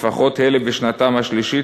לפחות אלה בשנתם השלישית,